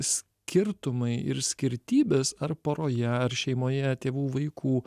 skirtumai ir skirtybės ar poroje ar šeimoje tėvų vaikų